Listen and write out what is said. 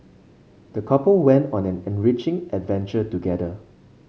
the couple went on an enriching adventure together